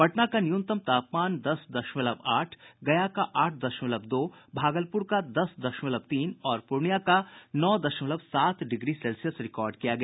पटना का न्यूनतम तापमान दस दशमलव आठ गया का आठ दशमलव दो भागलपुर का दस दशमलव तीन और पूर्णियां का नौ दशमलव सात डिग्री सेल्सियस रिकॉर्ड किया गया